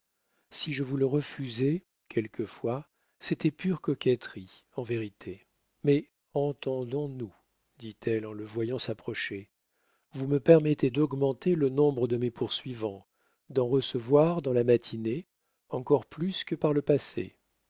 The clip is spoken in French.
si je vous le refusais quelquefois c'était pure coquetterie en vérité mais entendons-nous dit-elle en le voyant s'approcher vous me permettrez d'augmenter le nombre de mes poursuivants d'en recevoir dans la matinée encore plus que par le passé